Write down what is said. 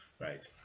right